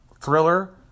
Thriller